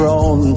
on